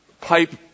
pipe